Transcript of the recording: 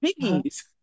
piggies